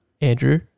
Andrew